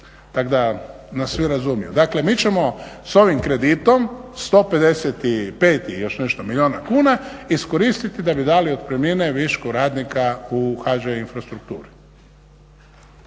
tak da nas svi razumiju. Dakle, mi ćemo s ovim kreditom 155 i još nešto milijuna kuna iskoristiti da bi dali otpremnine višku radnika u HŽ infrastrukturi.